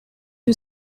who